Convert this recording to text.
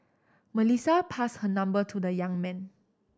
Melissa passed her number to the young man